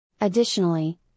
Additionally